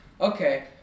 okay